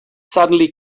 suddenly